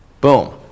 Boom